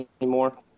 anymore